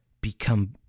become